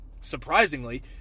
Surprisingly